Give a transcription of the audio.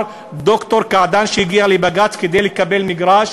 ד"ר קעדאן שהגיע לבג"ץ כדי לקבל מגרש